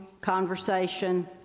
conversation